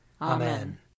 Amen